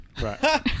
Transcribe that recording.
Right